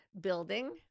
building